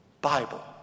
Bible